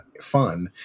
fun